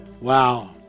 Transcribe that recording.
Wow